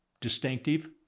distinctive